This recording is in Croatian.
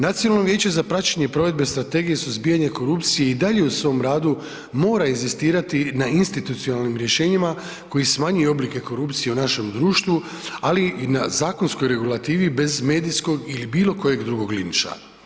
Nacionalno vijeće za praćenje provedbe Strategije suzbijanja korupcije i dalje u svom radu mora inzistirati na institucionalnim rješenjima koji smanjuju oblike korupcije u našem društvu, ali i na zakonskoj regulativi bez medijskog ili bilo kojeg drugog linča.